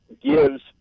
gives